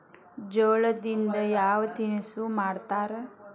ಜೋಳದಿಂದ ಯಾವ ತಿನಸು ಮಾಡತಾರ?